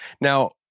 Now